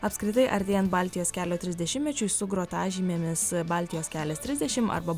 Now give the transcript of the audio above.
apskritai artėjant baltijos kelio trisdešimtmečiui su grotažymėmis baltijos kelias trisdešim arba